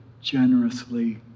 generously